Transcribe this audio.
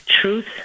truth